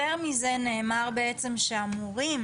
יותר מזה, נאמר בעצם שהמורים,